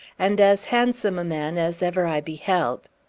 and as handsome a man as ever i beheld.